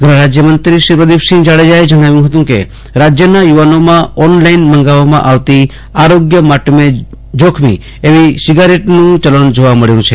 ગૃહ રાજય મંત્રી શ્રી પ્રદિપસિંહ જાડેજાએ જણાવ્યું હતું કે રાજયના યુવાનોમાં ઓન લાઇન મંગાવવામાં આવતી આરોગ્ય માટે જોખમી એવી ઇ સિગારેટનું ચલણ જોવા મળ્યું છે